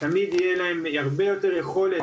אלו קבוצות שתמיד תהיה להן יכולת הרבה יותר גדולה